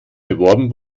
beworben